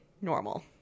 normal